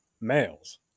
males